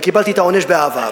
וקיבלתי את העונש באהבה.